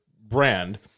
brand